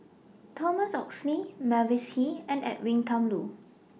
Thomas Oxley Mavis Hee and Edwin Thumboo